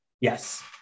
Yes